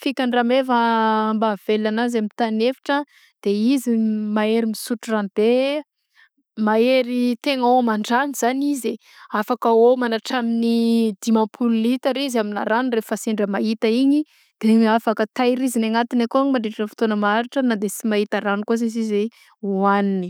Fikan-drameva mba havelogna anazy amy tany efitra de izy mahery misotro rano be; mahery tegna hôman-drano zany izy e! afaka hômagna atramin'ny dimapolo litra izy aminà ragno rehefa sendra maita igny de afaka tahiriziny agnatiny akao igny mandritra ny fotoagna maharitra na de tsy mahita rano kô za z- izy hohaniny.